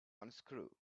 unscrew